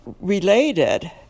related